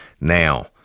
Now